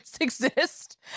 exist